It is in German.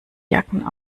jacken